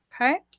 Okay